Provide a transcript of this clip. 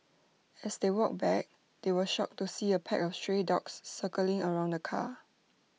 as they walked back they were shocked to see A pack of stray dogs circling around the car